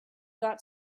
got